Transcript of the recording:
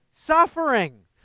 suffering